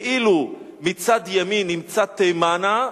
ואילו מצד ימין נמצא תימנה,